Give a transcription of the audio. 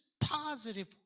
positive